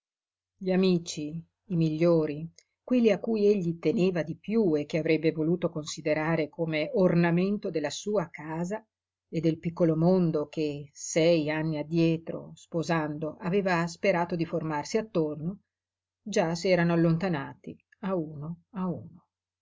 gli amici i migliori quelli a cui egli teneva di piú e che avrebbe voluto considerare come ornamento della sua casa del piccolo mondo che sei anni addietro sposando aveva sperato di formarsi attorno già s'erano allontanati a uno a uno